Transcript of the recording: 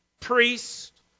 priest